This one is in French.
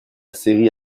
série